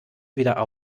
wieder